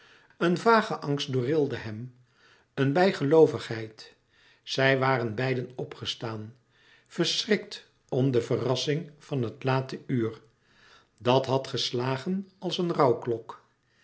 een vage angst doorrilde hem een bijgeloovigheid zij waren beiden opgestaan verschrikt om de verrassing van het late uur dat had geslagen als een